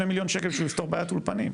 מיליון שקלים בשביל לפתור בעיית אולפנים.